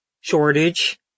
shortage